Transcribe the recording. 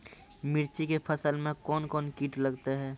मिर्ची के फसल मे कौन कौन कीट लगते हैं?